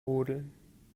rodeln